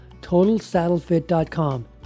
totalsaddlefit.com